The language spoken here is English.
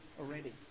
already